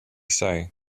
say